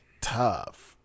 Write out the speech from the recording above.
tough